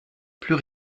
plus